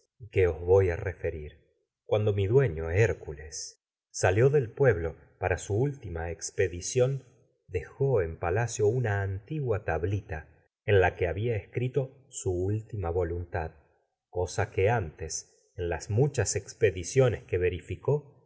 que voy a referir cuando mi últiina expedi dueño héi'cules salió del pueblo para su ción dejó en palacio una bía antigua tablita en la que ha cosa escrito su última voluntad que que antes en las muchas expediciones como verificó